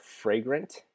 fragrant